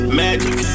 magic